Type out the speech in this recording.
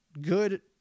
good